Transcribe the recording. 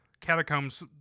catacombs